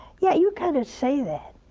yeah, you kind of say that.